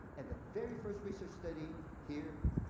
at the very first research study here,